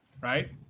right